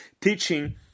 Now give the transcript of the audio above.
teaching